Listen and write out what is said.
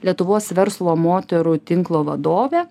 lietuvos verslo moterų tinklo vadovė